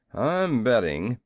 i'm betting,